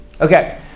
Okay